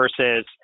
versus